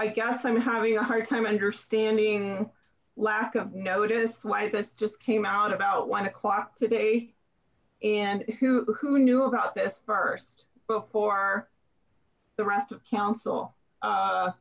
i guess i'm having a hard time understanding lack of notice why this just came out about one o'clock today and who knew about this first before the rest of council